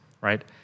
right